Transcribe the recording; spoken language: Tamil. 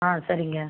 ஆ சரிங்க